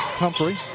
Humphrey